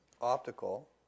optical